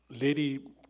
lady